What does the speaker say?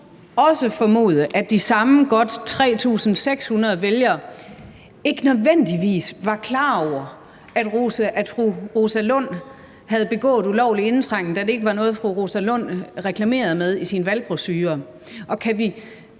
måde formode, at de godt 3.600 vælgere ikke nødvendigvis var klar over, at ordføreren havde begået ulovlig indtrængen, da det ikke var noget, fru Rosa Lund reklamerede med i sin valgbrochure? Og kan vi